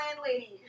landlady